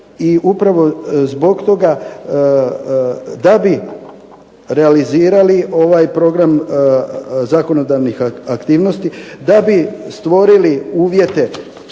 I upravo zbog toga da bi realizirali ovaj program zakonodavnih aktivnosti, da bi stvorili uvjete